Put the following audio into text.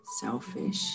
selfish